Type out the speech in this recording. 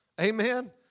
Amen